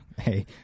Hey